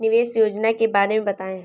निवेश योजना के बारे में बताएँ?